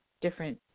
different